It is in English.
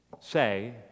say